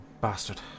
bastard